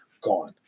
gone